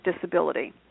disability